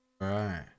right